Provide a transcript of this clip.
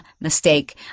mistake